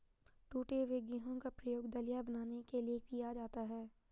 टूटे हुए गेहूं का प्रयोग दलिया बनाने के लिए किया जाता है